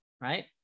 right